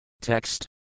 Text